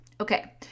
Okay